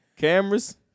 Cameras